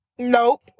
Nope